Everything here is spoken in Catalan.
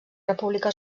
república